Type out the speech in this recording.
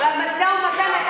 בסדר.